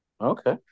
Okay